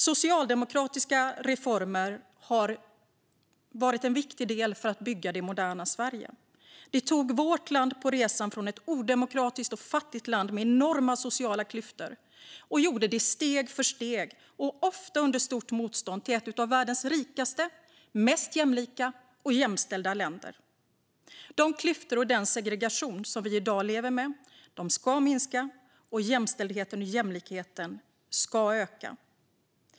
Socialdemokratiska reformer har varit viktiga i bygget av det moderna Sverige. De tog vårt land steg för steg och ofta under stort motstånd från ett odemokratiskt och fattigt land med enorma sociala klyftor till ett av världens rikaste och mest jämlika och jämställda länder. Dagens klyftor och segregation ska minska, och jämställdheten och jämlikheten ska öka.